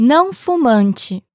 Não-fumante